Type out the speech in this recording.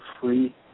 free